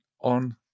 on